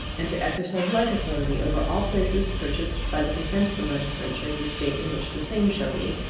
and to exercise like authority over all places purchased by the consent of the legislature of the state in which the same shall be,